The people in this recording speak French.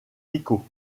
pico